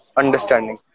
understanding